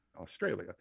Australia